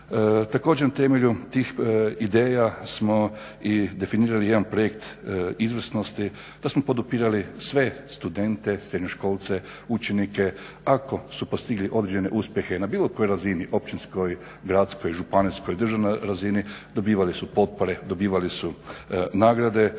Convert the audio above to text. Također, na temelju tih ideja smo i definirali jedan projekt izvrsnosti da smo podupirali sve studente, srednjoškolce, učenike ako su postigli određene uspjehe na bilo kojoj razini, općinskoj, gradskoj, županijskoj, državnoj razini dobivali su potpore, dobivali su nagrade.